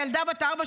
הילדה בת הארבע,